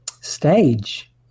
stage